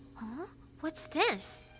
what's this?